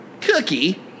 Cookie